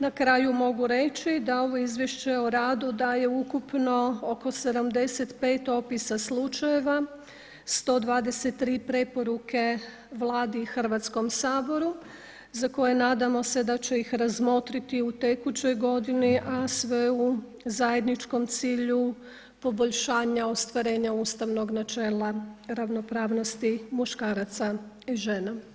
Na kraju mogu reći da ovo izvješće o radu daje ukupno oko 75 opisa slučajeva, 123 preporuke Vladi i Hrvatskom saboru za koje nadamo se da će ih razmotriti u tekućoj godini, a sve u zajedničkom cilju poboljšanja ostvarenja ustavnog načela ravnopravnosti muškaraca i žena.